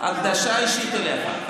הקדשה אישית אליך.